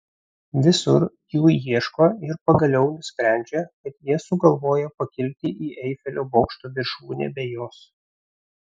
visur jų ieško ir pagaliau nusprendžia kad jie sugalvojo pakilti į eifelio bokšto viršūnę be jos